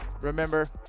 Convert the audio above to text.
Remember